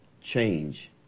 change